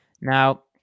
Now